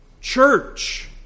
church